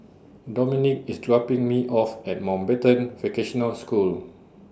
Dominic IS dropping Me off At Mountbatten Vocational School